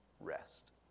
rest